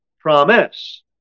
promise